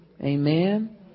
Amen